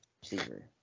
receiver